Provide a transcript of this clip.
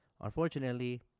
Unfortunately